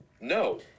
No